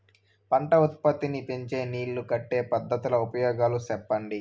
పంట ఉత్పత్తి నీ పెంచే నీళ్లు కట్టే పద్ధతుల ఉపయోగాలు చెప్పండి?